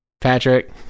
Patrick